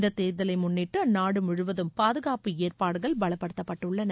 இந்த தேர்தலை முன்னிட்டு அந்நாடு முழுவதும் பாதுகாப்பு ஏற்பாடுகள் பலப்படுத்தப்பட்டுள்ளன